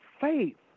faith